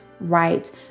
right